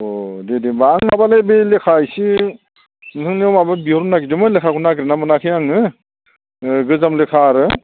अह दे दे आं माबालै बे लेखा एसे नोंथांनाव माबा बिहरनो नागिरदोंमोन लेखाखौ नागिरना मोनाखै आङो गोजाम लेखा आरो